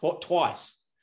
twice